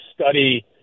study